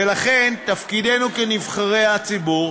ולכן תפקידנו כנבחרי הציבור,